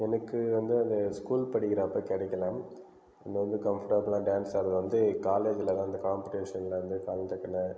எனக்கு வந்து அந்த ஸ்கூல் படிக்கிறாப்போ கிடைக்கில அங்கே வந்து கம்ஃபர்டபுளாக டான்ஸ் ஆடுறது வந்து காலேஜில் வந்து காம்படீஷனில் வந்து கலந்துக்குனே